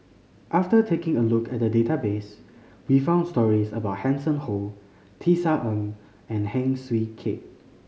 after taking a look at the database we found stories about Hanson Ho Tisa Ng and Heng Swee Keat